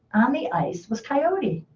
on the ice, was coyote.